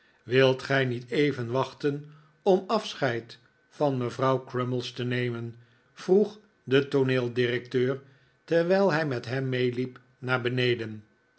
wilt gij niet even wachten om afscheid van mevrouw crummies te nemen vroeg de tooneeldirecteur terwijl hij met hem meeliep naar beneden